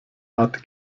art